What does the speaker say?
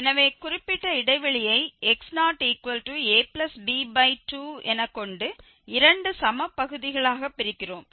எனவே குறிப்பிட்ட இடைவெளியை x0ab2 என கொண்டு இரண்டு சம பகுதிகளாக பிரிக்கிறோம்